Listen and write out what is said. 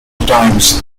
times